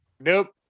Nope